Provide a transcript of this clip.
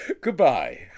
Goodbye